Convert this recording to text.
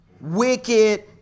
wicked